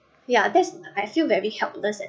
yeah this I feel very helpless and